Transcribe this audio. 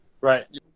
Right